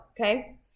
okay